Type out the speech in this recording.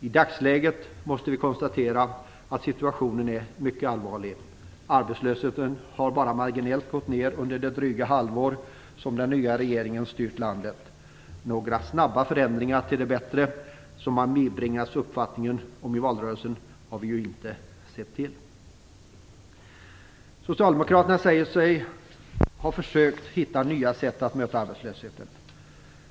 I dagsläget måste vi konstatera att situationen är mycket allvarlig. Arbetslösheten har bara marginellt gått ned under det dryga halvår som den nya regeringen har styrt landet. Några snabba förändringar till det bättre, som man bibringats uppfattning om i valrörelsen, har vi inte sett till. Socialdemokraterna säger sig ha försökt hitta nya sätt att möta arbetslösheten.